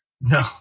No